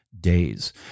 days